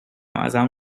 ازم